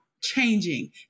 changing